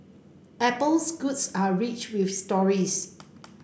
apple's goods are rich with stories